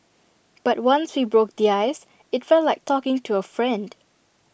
but once we broke the ice IT felt like talking to A friend